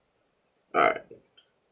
alright